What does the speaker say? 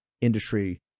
industry